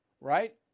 right